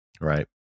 Right